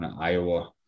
Iowa